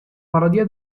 parodia